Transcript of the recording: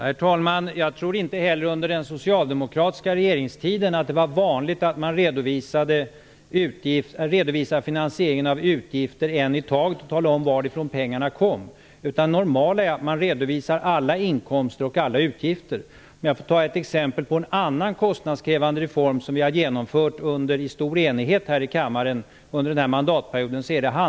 Herr talman! Jag tror att det inte heller under den socialdemokratiska regeringstiden var vanligt att man redovisade finansieringen av utgifter en i taget och talade om varifrån pengarna kom. Det normala är att man redovisar alla inkomster och alla utgifter. Ett exempel på en annan kostnadskrävande reform är handikappreformen, som vi har genomfört under stor enighet här i kammaren denna mandatperiod.